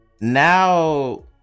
now